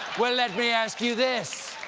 well, let me ask you this,